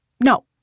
No